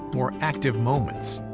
more active moments,